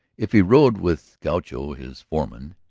if he rode with gaucho, his foreman,